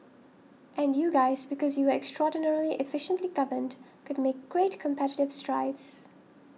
and you guys because you extraordinarily efficiently governed could make great competitive strides